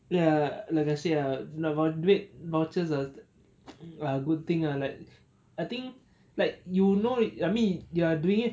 ya like I say ah duit vouchers are a good thing ah like I think like you know I mean they're doing it